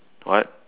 what